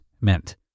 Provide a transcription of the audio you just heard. meant